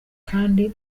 kandi